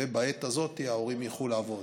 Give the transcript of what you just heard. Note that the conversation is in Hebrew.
ובעת הזאת ההורים יוכלו לעבוד.